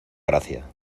gracia